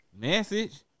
Message